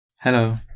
Hello